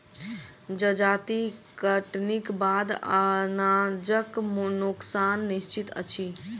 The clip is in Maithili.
जजाति कटनीक बाद अनाजक नोकसान निश्चित अछि